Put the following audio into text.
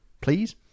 please